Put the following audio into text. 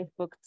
Facebook